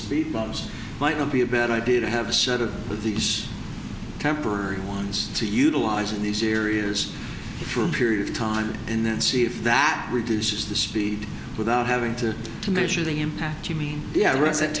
speed bumps might not be a bad idea to have a set of these temporary ones to utilize in these areas for a period of time and then see if that reduces the speed without having to to measure the impact to me